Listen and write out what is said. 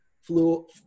flew